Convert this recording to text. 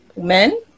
Men